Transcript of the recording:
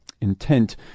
intent